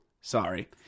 Sorry